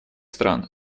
стран